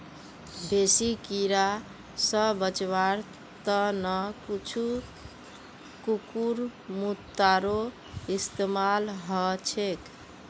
बेसी कीरा स बचवार त न कुछू कुकुरमुत्तारो इस्तमाल ह छेक